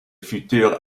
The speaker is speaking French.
futur